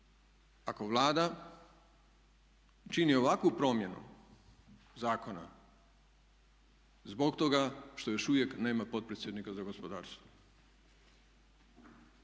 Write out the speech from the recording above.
ako Vlada čini ovakvu promjenu zakona zbog toga što još uvijek nema potpredsjednika za gospodarstvo?